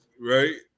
Right